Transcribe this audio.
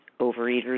Overeaters